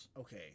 Okay